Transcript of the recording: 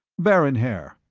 baron haer,